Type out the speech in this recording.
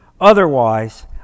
Otherwise